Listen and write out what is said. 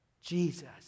Jesus